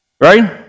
right